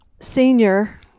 senior